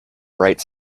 bright